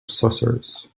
sorcerers